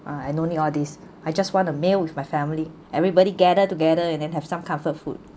ah I no need all this I just want a meal with my family everybody gather together and then have some comfort food